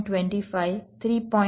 25 3